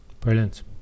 Brilliant